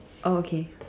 oh okay